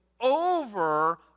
over